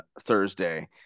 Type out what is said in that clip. Thursday